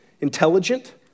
intelligent